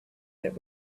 that